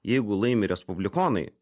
jeigu laimi respublikonai